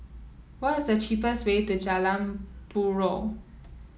what is the cheapest way to Jalan Buroh